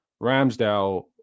Ramsdale